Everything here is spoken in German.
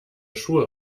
schuhe